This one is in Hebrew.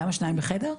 למה שניים בחדר?